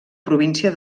província